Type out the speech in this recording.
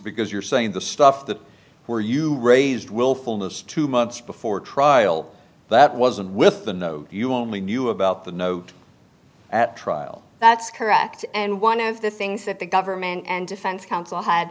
because you're saying the stuff that we're you raised willfulness two months before trial that wasn't with the no you only knew about the note at trial that's correct and one of the things that the government and defense counsel h